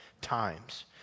times